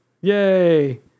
yay